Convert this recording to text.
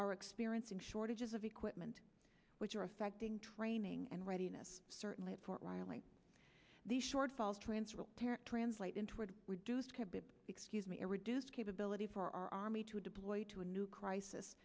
are experiencing shortages of equipment which are affecting training and readiness certainly at fort riley the shortfalls transfer terek translate into a reduced excuse me a reduced capability for our army to deploy to a new crisis